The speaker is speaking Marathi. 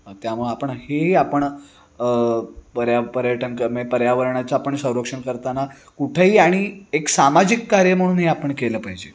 त्यामुळं आपण हेही आपण पर्या पर्यटन क मंए पर्यावरणाचं आपण संरक्षण करताना कुठेही आणि एक सामाजिक कार्य म्हणून हे आपण केलं पाहिजे